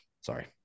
Sorry